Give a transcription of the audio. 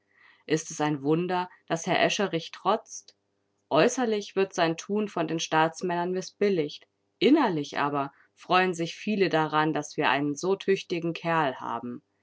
ist es ein wunder daß herr escherich trotzt äußerlich wird sein tun von den staatsmännern mißbilligt innerlich aber freuen sich viele daran daß wir einen so tüchtigen kerl haben